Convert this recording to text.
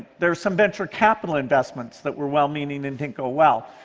there's some venture capital investments that were well-meaning and didn't go well.